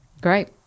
Great